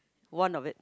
one of it